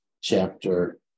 chapter